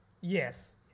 Yes